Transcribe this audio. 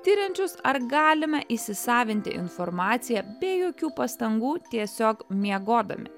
tiriančius ar galime įsisavinti informaciją be jokių pastangų tiesiog miegodami